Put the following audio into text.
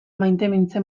maitemintze